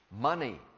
Money